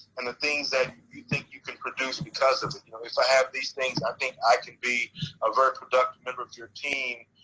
and the things that you think you can produce because of it. you know if i have these things, i think i could be a very productive member of your team.